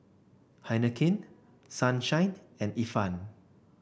Heinekein Sunshine and Ifan